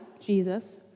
Jesus